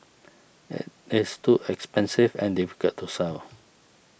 it is too expensive and difficult to sell